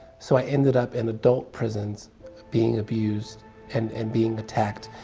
so i ended up in adult prisons being abused and, and being attacked,